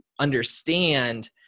understand